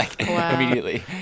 immediately